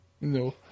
No